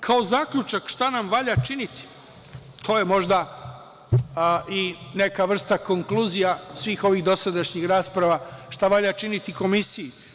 Kao zaključak šta nam valja činiti, to je možda i neka vrsta konkluzija svih ovih dosadašnjih rasprava, šta valja činiti komisiji?